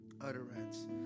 utterance